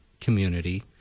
community